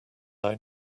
out